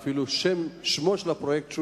ואפילו שמו של הפרויקט שונה.